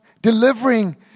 delivering